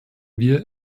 wir